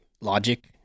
logic